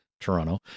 Toronto